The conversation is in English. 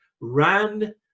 ran